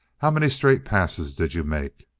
how many straight passes did you make?